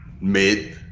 Mid